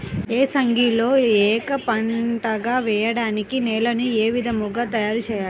ఏసంగిలో ఏక పంటగ వెయడానికి నేలను ఏ విధముగా తయారుచేయాలి?